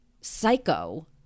psycho